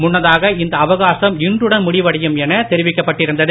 முன்னதாக இந்த அவகாசம் இன்றுடன் முடிவடையும் என தெரிவிக்கப்பட்டிருந்தது